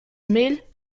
mehl